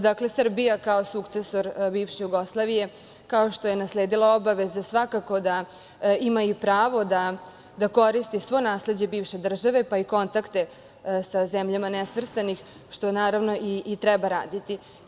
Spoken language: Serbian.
Dakle, Srbija kao sukcesor bivše Jugoslavije, kao što je nasledila obaveze, svakako da ima i pravo da koristi svo nasleđe bivše države, pa i kontakte sa zemljama nesvrstanih, što naravno i treba raditi.